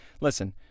Listen